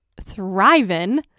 thriving